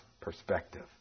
perspective